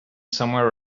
somewhere